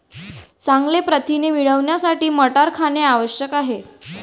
चांगले प्रथिने मिळवण्यासाठी मटार खाणे आवश्यक आहे